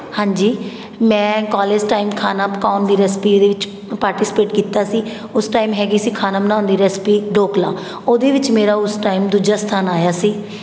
ਹਾਂਜੀ ਮੈਂ college time ਖਾਣਾ ਪਕਾਉਣ ਦੀ ਰੈਸਪੀ ਇਹਦੇ ਵਿੱਚ ਪਾਰਟੀਸੀਪੇਟ ਕੀਤਾ ਸੀ ਉਸ ਟਾਈਮ ਹੈਗੀ ਸੀ ਖਾਣਾ ਬਣਾਉਣ ਦੀ ਰੈਸਿਪੀ ਡੋਕਲਾ ਉਹਦੇ ਵਿੱਚ ਮੇਰਾ ਉਸ ਟਾਈਮ ਦੂਜਾ ਸਥਾਨ ਆਇਆ ਸੀ